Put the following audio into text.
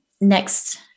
next